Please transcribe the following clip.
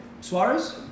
Suarez